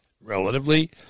relatively